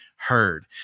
heard